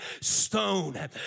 stone